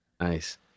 Nice